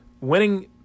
winning